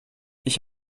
ich